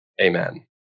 Amen